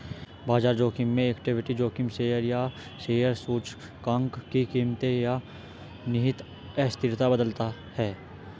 बाजार जोखिम में इक्विटी जोखिम शेयर या शेयर सूचकांक की कीमतें या निहित अस्थिरता बदलता है